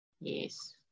yes